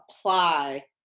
apply